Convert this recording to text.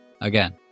again